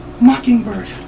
mockingbird